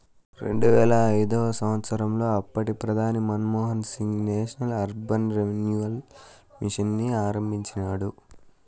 రెండువేల ఐదవ సంవచ్చరంలో అప్పటి ప్రధాని Manmohan Singh national urban renewal mission ని ఆరంభించినాడు